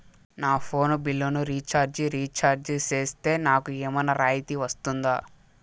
నా ఫోను బిల్లును recharge recharge సేస్తే, నాకు ఏమన్నా రాయితీ వస్తుందా?